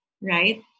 right